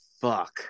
fuck